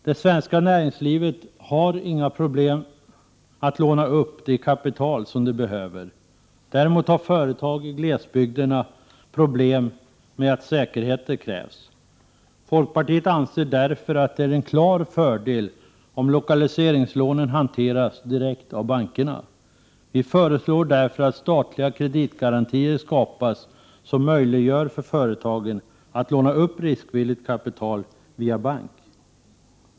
Det svenska näringslivet har inga problem att låna upp det kapital det behöver. Däremot har företag i glesbygderna problem med att säkerheter krävs. Folkpartiet anser att det är en klar fördel om lokaliseringslånen hanteras direkt av bankerna. Vi föreslår därför att statliga kreditgarantier skapas, som möjliggör för företagen att låna upp riskvilligt kapital via bank.